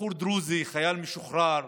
בחור דרוזי, חייל משוחרר,